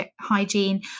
hygiene